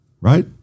right